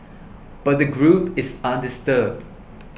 but the group is undisturbed